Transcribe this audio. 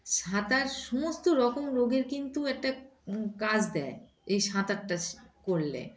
সাঁতার সমস্ত রকম রোগের কিন্তু একটা কাজ দেয় এই সাঁতারটা করলে